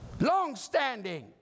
long-standing